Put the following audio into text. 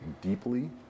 deeply